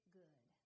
good